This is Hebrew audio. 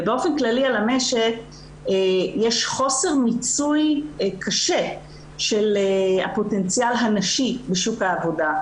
ובאופן כללי על המשק יש חוסר מיצוי קשה של הפוטנציאל הנשי בשוק העבודה.